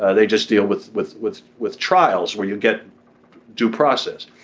ah they just deal with with with with trials where you get due process.